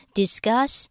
discuss